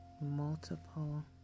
multiple